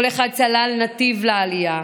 כל אחד סלל נתיב לעלייה.